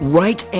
right